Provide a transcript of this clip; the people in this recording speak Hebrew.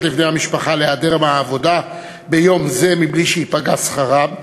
לבני המשפחה להיעדר מהעבודה ביום זה בלי שייפגע שכרם,